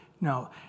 No